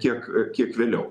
tiek kiek vėliau